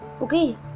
okay